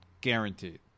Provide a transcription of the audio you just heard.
guaranteed